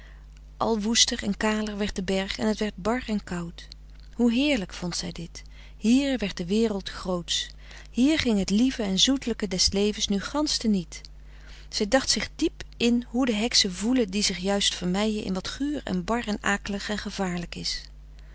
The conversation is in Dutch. al woester en kaler werd de berg en het werd bar en koud hoe heerlijk vond zij dit hier werd de wereld grootsch hier ging het lieve en zoetelijke des levens nu gansch te niet zij dacht zich diep in hoe de heksen voelen die zich juist vermeien in wat guur en bar en akelig en vervaarlijk is